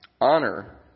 honor